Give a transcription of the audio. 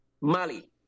mali